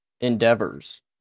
endeavors